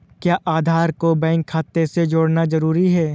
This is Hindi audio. क्या आधार को बैंक खाते से जोड़ना जरूरी है?